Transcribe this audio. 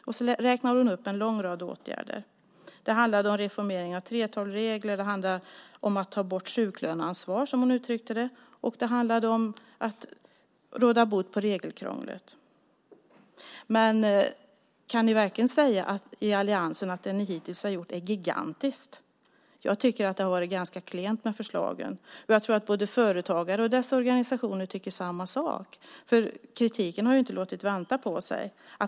Sedan räknade hon upp en lång rad åtgärder. Det handlade om reformering av 3:12-regler, att ta bort sjuklöneansvar, som hon uttryckte det, och att råda bot på regelkrånglet. Kan ni i alliansen verkligen säga att det ni hittills har gjort är gigantiskt? Jag tycker att det har varit ganska klent med förslagen. Både företagare och deras organisationer tycker samma sak. Kritiken har inte låtit vänta på sig.